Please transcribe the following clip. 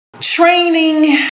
training